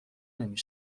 نمی